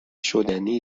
شدنی